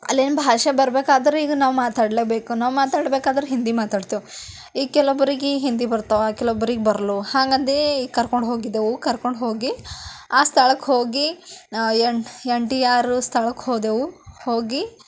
ಅಲ್ಲೇನು ಭಾಷೆ ಬರ್ಬೇಕಾದ್ರೆ ಈಗ ನಾವು ಮಾತಾಡಲೇಬೇಕು ನಾವು ಮಾತಾಡ್ಬೇಕಾದ್ರೆ ಹಿಂದಿ ಮಾತಾಡ್ತೇವೆ ಈಗ ಕೆಲವೊಬ್ರಿಗೆ ಹಿಂದಿ ಬರ್ತಾವ ಕೆಲವೊಬ್ರಿಗೆ ಬರಲ್ವು ಹಂಗಂದು ಕರ್ಕೊಂಡು ಹೋಗಿದ್ದೆವು ಕರ್ಕೊಂಡು ಹೋಗಿ ಆ ಸ್ಥಳಕ್ಕೆ ಹೋಗಿ ಏನು ಎನ್ ಟಿ ಆರ್ ಸ್ಥಳಕ್ಕೆ ಹೋದೆವು ಹೋಗಿ